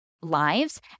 lives